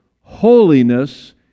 holiness